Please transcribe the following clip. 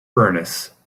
furnace